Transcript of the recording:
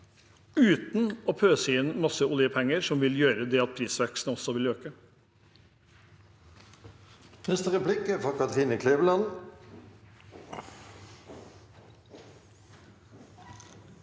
uten å pøse inn masse oljepenger som også vil gjøre at prisveksten vil øke.